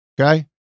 okay